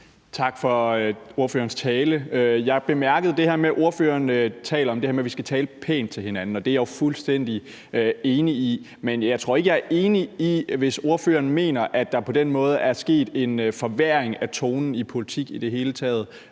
Tak til ordføreren for talen. Jeg bemærkede det her med, at ordføreren taler om, at vi skal tale pænt til hinanden, og det er jeg jo fuldstændig enig i. Men jeg tror ikke, AT jeg er enig i det, hvis ordføreren mener, at der på den måde er sket en forværring af tonen i politik i det hele taget,